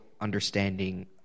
understanding